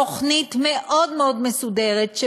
תוכנית מאוד מסודרת,